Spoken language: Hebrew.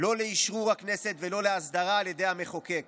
לאשרור הכנסת ולא להסדרה על ידי המחוקק.